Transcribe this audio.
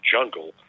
jungle